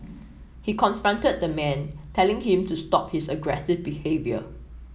he confronted the man telling him to stop his aggressive behaviour